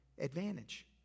advantage